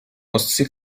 ostsee